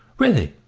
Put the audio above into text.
really,